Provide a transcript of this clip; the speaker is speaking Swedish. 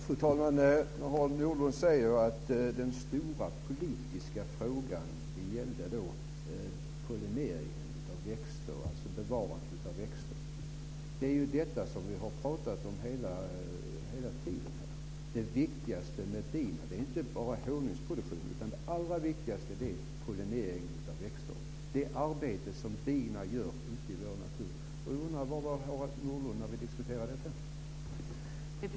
Fru talman! Harald Nordlund säger att den stora politiska frågan gäller pollineringen av växter, alltså bevarandet av växter. Det är ju detta som vi har talat om hela tiden här. Det viktigaste med bina är inte honungsproduktionen, utan det allra viktigaste är pollineringen av växter, det arbete som bina gör ute i vår natur. Jag undrar var Harald Nordlund var när vi diskuterade detta.